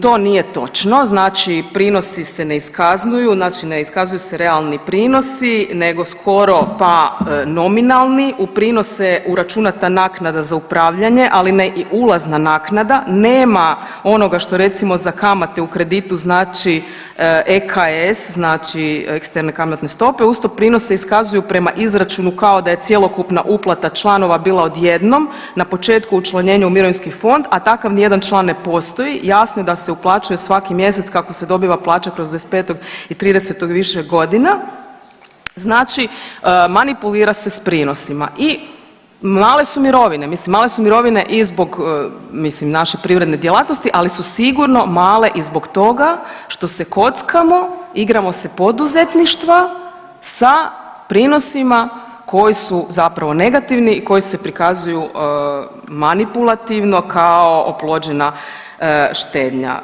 To nije točno znači prinosi se ne iskazuju, znači ne iskazuju se realni prinosi nego skoro pa nominalni, u prinose je uračunata naknada za upravljanje, ali ne i ulazna naknada, nema onoga što recimo za kamate u kreditu znači EKS znači efektivne kamatne stope uz to prinose iskazuju prema izračunu kao da je cjelokupna uplata članova bila odjednom na početku u učlanjenju u mirovinski fond, a takav nijedan član ne postoji, jasno je da se uplaćuje svaki mjesec kako se dobiva plaća kroz 25. i 30. više godina, znači manipulira se s prinosima i male su mirovine, mislim male su mirovine i zbog mislim naše privredne djelatnosti, ali su sigurno male i zbog toga što se kockamo, igramo se poduzetništva sa prinosima koji su zapravo negativni i koji se prikazuju manipulativno kao oplođena štednja.